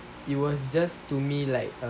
it was just to me like a